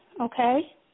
okay